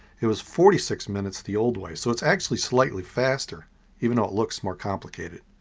it was forty six minutes the old way so it's actually slightly faster even though it looks more complicated.